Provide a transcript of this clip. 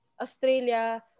Australia